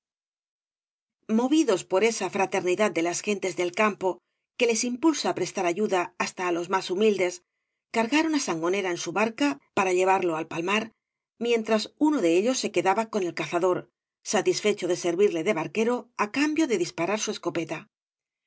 movidos por esa fraternidad de las gentes del campo que les impulsa á prestar ayuda hasta á los más humildes cargaron á sangonera en su barca para llevarlo al palmar mientras uno de ellos se quedaba con el cazador satisfecho de servirle de barquero á cambio de disparar su escopeta